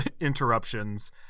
interruptions